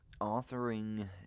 authoring